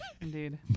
indeed